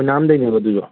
ꯑꯣꯏꯅꯥꯝꯗꯩꯅꯦꯕ ꯑꯗꯨꯁꯨ